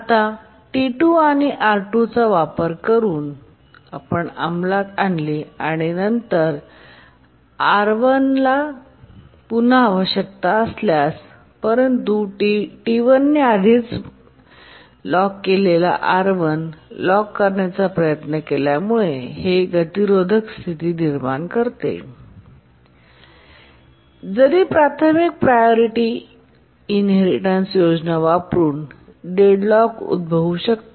आता T2 R2 चा वापर करुन अंमलात आणते आणि नंतर त्याला R1 ची पुन्हा आवश्यकता असते परंतु T1ने आधीच लॉक केलेला R 1 लॉक करण्याचा प्रयत्न केल्यामुळे हे गतिरोधक परिस्थिती निर्माण करते जरी प्राथमिक प्रायोरिटी इनहेरिटेन्स योजना वापरुन डेडलॉक उद्भवू शकतात